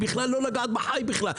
לא לגעת בחי בכלל.